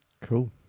Cool